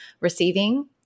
receiving